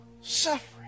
suffering